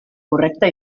correcta